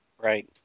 Right